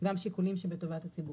גם שיקולים שבטובת הציבור."